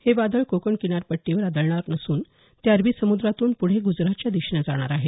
हे वादळ कोकण किनारपट्टीवर आदळणार नसून ते अरबी समुद्रातूनच पुढे गुजरातच्या दिशेनं जाणार आहे